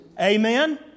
Amen